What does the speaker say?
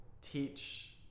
teach